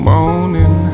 Morning